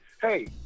Hey